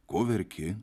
ko verki